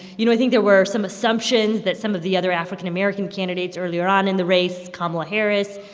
you know, i think there were some assumptions that some of the other african american candidates earlier on in the race kamala harris,